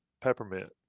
peppermint